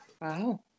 Wow